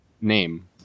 name